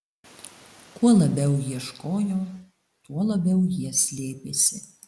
kuo labiau ieškojo tuo labiau jie slėpėsi